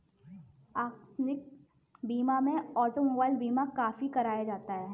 आकस्मिक बीमा में ऑटोमोबाइल बीमा काफी कराया जाता है